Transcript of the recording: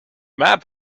map